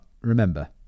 remember